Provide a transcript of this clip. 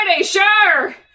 sure